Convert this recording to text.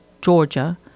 Georgia